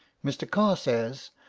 mr. carr says,